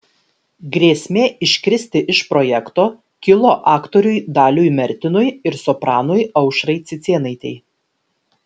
grėsmė iškristi iš projekto kilo aktoriui daliui mertinui ir sopranui aušrai cicėnaitei